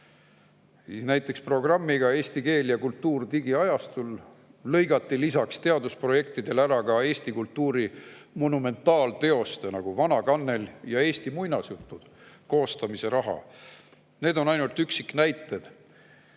Näiteks programmiga "Eesti keel ja kultuur digiajastul" lõigati lisaks teadusprojektidele ära ka eesti kultuuri monumentaalteoste, nagu "Vana kannel" ja "Eesti muinasjutud", koostamise raha. Need on ainult üksiknäited